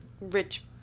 rich